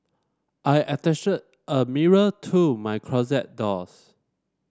I attached a mirror to my closet doors